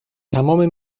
تمام